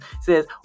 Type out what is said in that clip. says